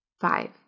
Five